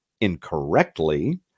incorrectly